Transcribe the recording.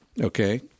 Okay